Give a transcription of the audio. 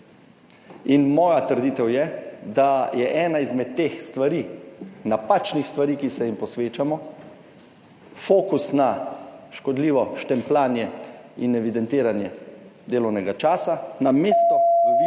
Moja trditev je, da je ena izmed teh stvari, napačnih stvari, ki se jim posvečamo, fokus na škodljivo štempljanje in evidentiranje delovnega časa namesto višanja